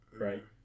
Right